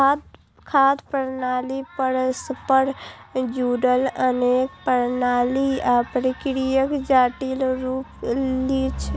खाद्य प्रणाली परस्पर जुड़ल अनेक प्रणाली आ प्रक्रियाक जटिल रूप छियै